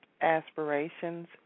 aspirations